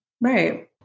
Right